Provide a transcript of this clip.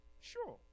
Sure